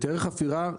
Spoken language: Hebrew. היתרי חפירה,